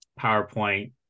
PowerPoint